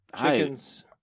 chickens